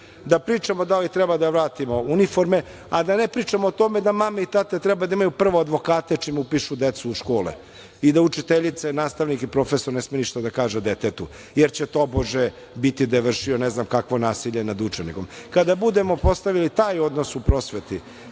da pričamo da li treba da vratimo uniforme, a da ne pričamo o tome da mame i tate treba da imaju prvo advokate čim upišu decu u škole i da učiteljica, nastavnik i profesor ne sme ništa da kaže detetu, jer će tobože ispasti da je vršio ne znam kakvo nasilje nad učenikom. Kada budemo postavili taj odnos u prosveti,